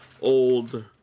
old